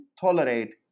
tolerate